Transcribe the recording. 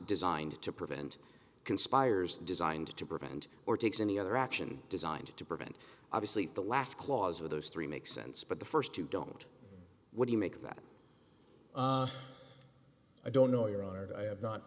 designed to prevent conspires designed to prevent or takes any other action designed to prevent obviously the last clause with those three make sense but the first two don't when you make that i don't know i